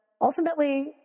ultimately